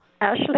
Ashley